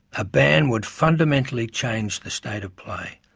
a ban would fundamentally change the state of play.